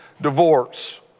divorce